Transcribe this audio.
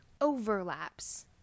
overlaps